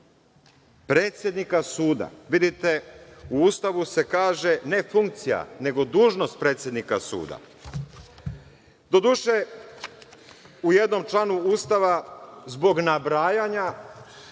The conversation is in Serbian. predsednika suda. Vidite, u Ustavu se kaže ne funkcija nego dužnost predsednika suda. Doduše, u jednom članu Ustava zbog nabrajanja